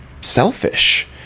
selfish